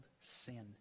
sin